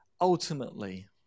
Ultimately